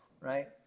right